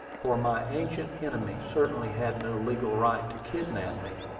for my ancient enemy certainly had no legal right to kidnap me,